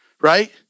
right